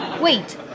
Wait